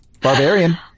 Barbarian